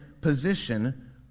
position